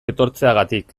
etortzeagatik